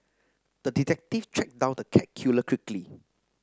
the detective tracked down the cat killer quickly